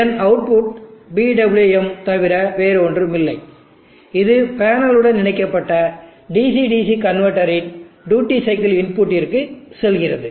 இதன் output PWM தவிர வேறு ஒன்றும் இல்லை இது பேனல் உடன் இணைக்கப்பட்ட DC DC கன்வெர்ட்டர் இன் டியூட்டி சைக்கிள் இன்புட்டிற்கு செல்கிறது